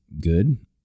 good